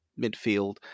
midfield